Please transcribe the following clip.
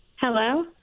Hello